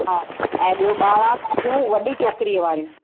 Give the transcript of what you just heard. हा ऐं ॿियो ॿारहं कॉपियूं वॾी चौकरीअ वारियूं